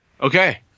Okay